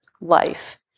life